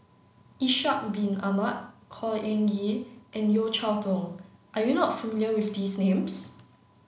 Ishak Bin Ahmad Khor Ean Ghee and Yeo Cheow Tong are you not familiar with these names